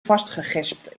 vastgegespt